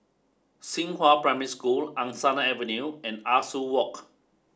Xinghua Primary School Angsana Avenue and Ah Soo Walk